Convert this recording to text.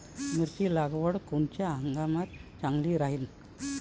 मिरची लागवड कोनच्या हंगामात चांगली राहीन?